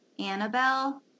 Annabelle